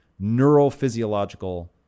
neurophysiological